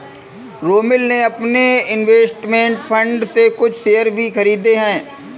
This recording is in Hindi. रोमिल ने अपने इन्वेस्टमेंट फण्ड से कुछ शेयर भी खरीदे है